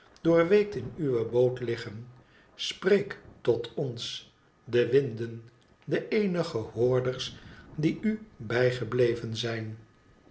doorweekt in uwe boot liggen spreek tot ons de winden de eenige hoorders die u bijgebleven zijn